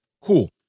cool